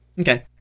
okay